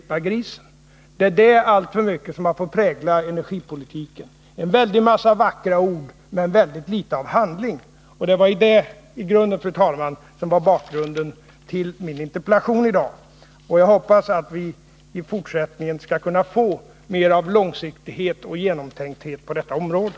Det är sådant som alltför mycket har fått prägla Nr 32 energipolitiken: en väldig mängd vackra ord men väldigt litet av handling, Måndagen den och det är egentligen det som var bakgrunden till min interpellation. Jag 24 november 1980 hoppas att vi i fortsättningen skall kunna få mer av långsiktighet och genomtänkthet på detta område.